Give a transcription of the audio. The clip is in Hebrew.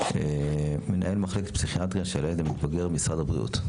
מנהל מחלקת פסיכיאטריה של הילד והמתבגר במשרד הבריאות.